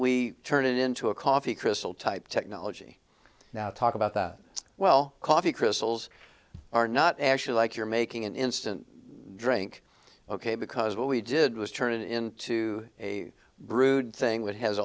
we turn it into a coffee crystal type technology now talk about that well coffee crystals are not actually like you're making an instant drink ok because what we did was turn it into a brood thing that has